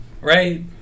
right